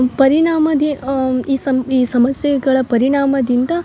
ಪರಿಣಾಮದೆ ಈ ಸಮ್ ಈ ಸಮಸ್ಯೆಗಳ ಪರಿಣಾಮದಿಂದ